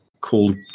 called